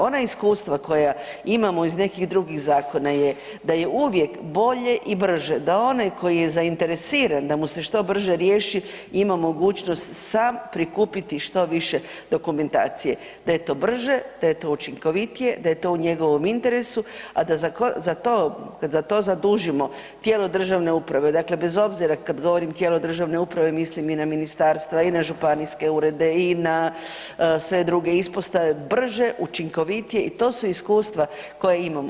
Ona iskustva koja imamo iz nekih drugih zakona je da je uvijek bolje i brže da onaj koji je zainteresiran da mu se što brže riješi ima mogućnost sam prikupiti što više dokumentacije, da je to brže, da je to učinkovitije, da je to u njegovom interesu, a da za to kad za to zadužio tijelo državne uprave, dakle bez obzira kada govorim tijelo državne uprave mislim i na ministarstva i na županijske urede i na sve druge ispostave, brže učinkovitije i to su iskustva koje imamo.